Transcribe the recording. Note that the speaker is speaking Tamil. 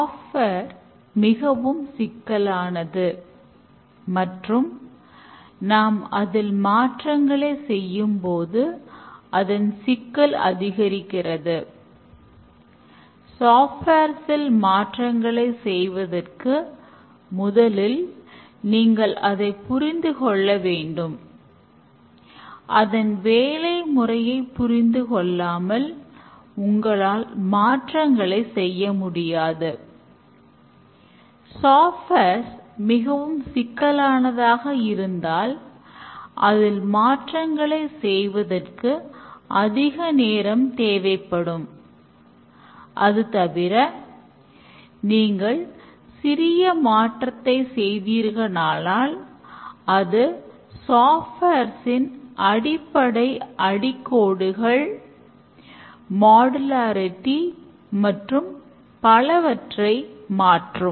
சாஃப்ட்வேர் மற்றும் பலவற்றை மாற்றும்